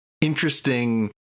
interesting